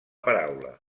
paraula